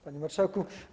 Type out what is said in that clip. Panie Marszałku!